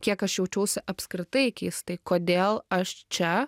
kiek aš jaučiausi apskritai keistai kodėl aš čia